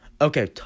Okay